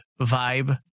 vibe